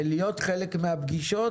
להיות חלק מהפגישות,